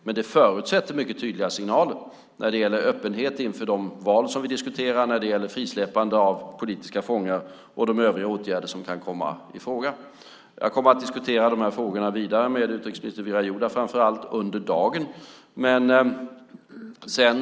Men det förutsätter mycket tydliga signaler när det gäller öppenhet inför det val som vi diskuterar, frisläppande av politiska fångar och de övriga åtgärder som kan komma i fråga. Jag kommer att diskutera de här frågorna vidare med utrikesminister Wirajuda framför allt under dagen.